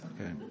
Okay